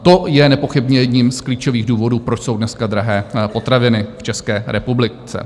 To je nepochybně jedním z klíčových důvodů, proč jsou dneska drahé potraviny v České republice.